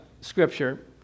scripture